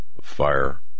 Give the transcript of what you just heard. fire